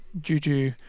Juju